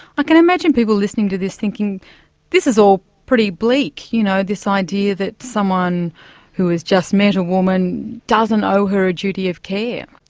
i can imagine people listening to this, thinking this is all pretty bleak, you know this idea that someone who has just met a woman doesn't owe her a duty of care.